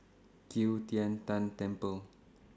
Qi Tian Tan Temple